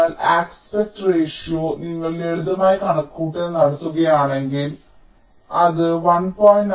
അതിനാൽ aspect ratio നിങ്ങൾ ലളിതമായ കണക്കുകൂട്ടൽ നടത്തുകയാണെങ്കിൽ അത് 1